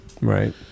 Right